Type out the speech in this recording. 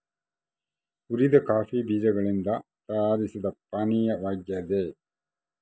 ಹುರಿದ ಕಾಫಿ ಬೀಜಗಳಿಂದ ತಯಾರಿಸಿದ ಪಾನೀಯವಾಗ್ಯದ